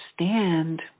understand